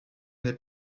n’est